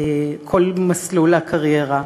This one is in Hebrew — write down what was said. כל מסלול הקריירה,